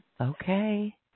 Okay